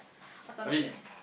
assumption